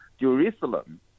Jerusalem